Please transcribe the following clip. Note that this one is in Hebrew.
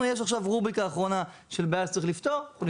שוב, אני